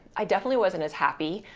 i definitely wasn't as happy,